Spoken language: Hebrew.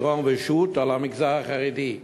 פירון ושות' על המגזר החרדי,